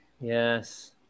Yes